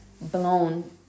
blown